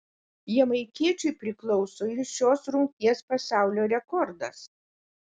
jamaikiečiui priklauso ir šios rungties pasaulio rekordas